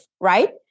right